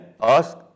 ask